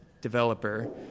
developer